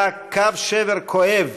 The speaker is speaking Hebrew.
היה קו שבר כואב,